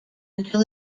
until